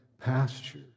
pasture